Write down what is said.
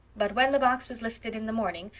but, when the box was lifted in the morning,